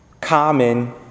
common